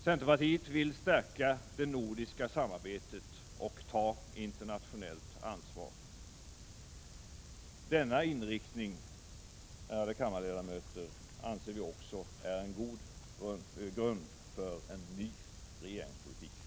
Centerpartiet vill stärka det nordiska samarbetet och ta ett internationellt ansvar. Denna inriktning, ärade kammarledamöter, anser vi också vara en god grund för en ny regeringspolitik.